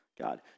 God